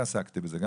עסקתי בזה הרבה,